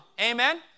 Amen